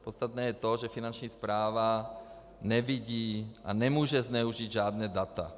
Podstatné je to, že Finanční správa nevidí a nemůže zneužít žádná data.